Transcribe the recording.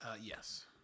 Yes